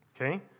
Okay